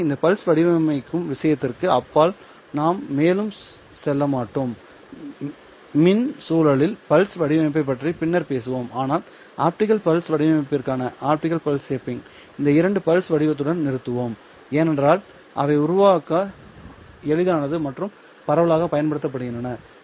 எனவே இந்த பல்ஸ் வடிவமைக்கும் விஷயத்திற்கு அப்பால் நாம் மேலும் செல்ல மாட்டோம் மின் சூழலில் பல்ஸ் வடிவமைப்பைப் பற்றி பின்னர் பேசுவோம் ஆனால் ஆப்டிகல் பல்ஸ் வடிவமைப்பிற்காக இந்த இரண்டு பல்ஸ் வடிவத்துடன் நிறுத்துவோம் ஏனென்றால் இவை உருவாக்க எளிதானது மற்றும் பரவலாகப் பயன்படுத்தப்படுகின்றன